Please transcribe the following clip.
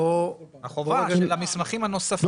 החובה של המסמכים הנוספים